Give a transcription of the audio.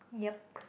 yup